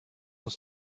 uns